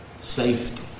safety